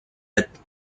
اید